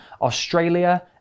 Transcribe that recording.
Australia